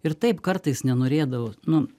ir taip kartais nenorėdavo nu